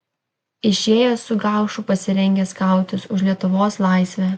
išėjo su gaušu pasirengęs kautis už lietuvos laisvę